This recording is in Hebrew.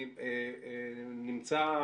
נמצא,